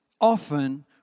often